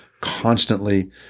constantly